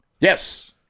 Yes